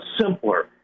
simpler